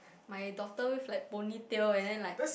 my daughter with like ponytail and then like